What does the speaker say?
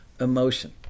Emotion